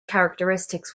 characteristics